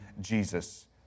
Jesus